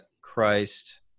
Christ